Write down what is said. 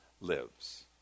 lives